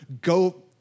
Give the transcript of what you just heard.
go